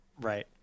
Right